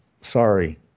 sorry